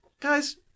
Guys